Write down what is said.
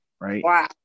right